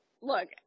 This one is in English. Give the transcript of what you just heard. look